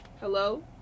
hello